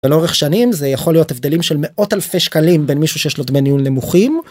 לאורך שנים זה יכול להיות הבדלים של מאות אלפי שקלים בין מישהו שיש לו דמי ניהול נמוכים.